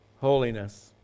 holiness